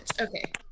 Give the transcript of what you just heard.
Okay